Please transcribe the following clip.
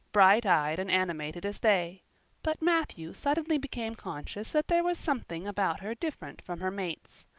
bright eyed and animated as they but matthew suddenly became conscious that there was something about her different from her mates.